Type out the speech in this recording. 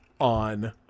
on